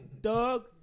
Doug